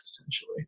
essentially